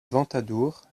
ventadour